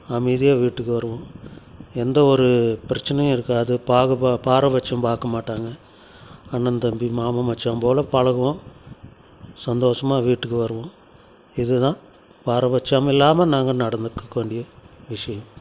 அமைதியாக வீட்டுக்கு வருவோம் எந்த ஒரு பிரச்சினையும் இருக்காது பாகு பா பாரபட்சம் பாரக்க மாட்டாங்க அண்ணன் தம்பி மாமன் மச்சான் போல பழகுவோம் சந்தோஷமாக வீட்டுக்கு வருவோம் இதுதான் பாரபட்சம் இல்லாமல் நாங்கள் நடந்துக்க வேண்டிய விஷயம்